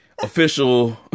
Official